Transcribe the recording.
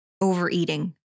overeating